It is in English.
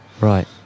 right